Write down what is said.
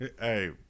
Hey